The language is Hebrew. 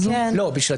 מבקשים מכם,